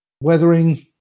Weathering